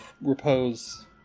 repose